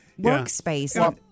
workspace